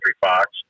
Fox